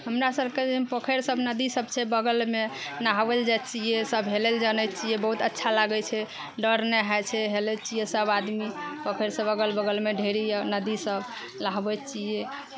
हमरा सबके जे पोखरि सब नदी सब छै बगलमे नहाबय लए जाइ छियै सब हेलय लए जानय छियै बहुत अच्छा लागय छै डर नहि हइ छै हेलय छियै सब आदमी पोखरि सब अगल बगलमे ढे़री यऽ नदी सब लहबय छियै